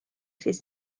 siis